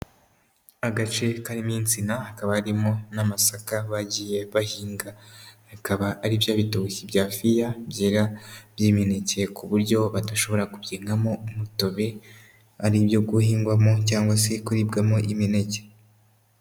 Agace karimo insina hakaba harimo n'amasaka bagiye bahinga, akaba ari bya bitoki bya fiya byera by'imineke ku buryo badashobora kubyengamo umutobe, ari ibyo guhingwamo cyangwa se kuribwamo imineke.